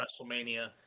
WrestleMania